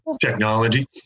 Technology